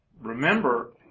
Remember